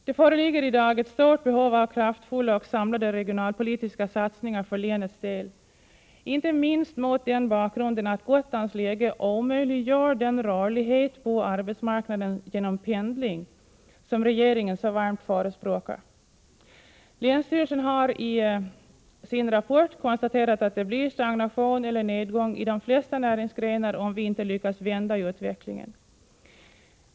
Det föreligger i dag ett stort behov av kraftfulla och samlade regionalpolitiska satsningar för länets del, inte minst mot den bakgrunden att Gotlands läge omöjliggör den rörlighet på arbetsmarknaden genom pendling som regeringen så varmt förespråkar. Länsstyrelsen har i sin rapport konstaterat att det blir stagnation eller nedgång i de flesta näringsgrenar, om vi inte lyckas vända utvecklingen.